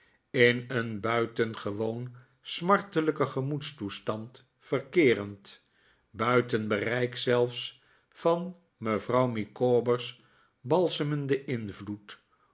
in een buitengewoon smartelijken gemoedstoestand verkeerend buiten bereik zelfs van mevrouw micawber's balsemenden invloed